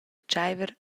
tscheiver